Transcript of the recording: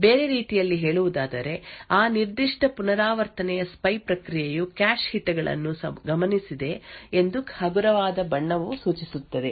ಬೇರೆ ರೀತಿಯಲ್ಲಿ ಹೇಳುವುದಾದರೆ ಆ ನಿರ್ದಿಷ್ಟ ಪುನರಾವರ್ತನೆಯ ಸ್ಪೈ ಪ್ರಕ್ರಿಯೆಯು ಕ್ಯಾಶ್ ಹಿಟ್ಗಳನ್ನು ಗಮನಿಸಿದೆ ಎಂದು ಹಗುರವಾದ ಬಣ್ಣವು ಸೂಚಿಸುತ್ತದೆ